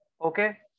Okay